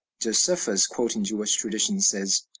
josephus, quoting jewish traditions, says,